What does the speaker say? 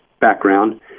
background